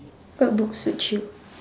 what books suit you